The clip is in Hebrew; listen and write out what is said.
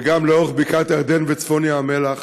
וגם לאורך בקעת הירדן וצפון ים המלח.